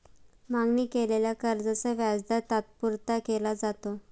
मागणी केलेल्या कर्जाचा व्याजदर तात्पुरता केला जातो